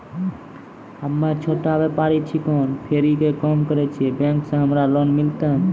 हम्मे छोटा व्यपारी छिकौं, फेरी के काम करे छियै, बैंक से हमरा लोन मिलतै?